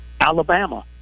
Alabama